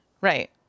Right